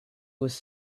was